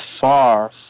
far